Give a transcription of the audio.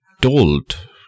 told